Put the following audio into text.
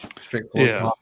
straightforward